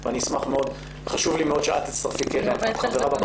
חשוב לי מאוד שאת תצטרפי, קרן ברק.